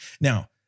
Now